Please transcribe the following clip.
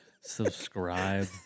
Subscribe